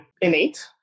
innate